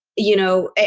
you know,